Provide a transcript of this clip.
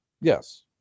Yes